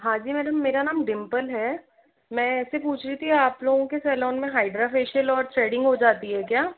हाँ जी मैडम मेरा नाम डिंपल है मैं ऐसे पूछ रही थी आप लोगों के सलून में हाइड्रा फेशियल और थ्रेडिंग हो जाती है क्या